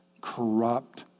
corrupt